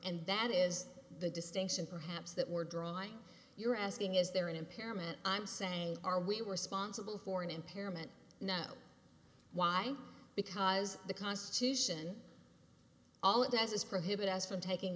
and that is the distinction perhaps that we're drawing you're asking is there an impairment i'm saying are we were sponsible for an impairment know why because the constitution all it does is prohibit us from taking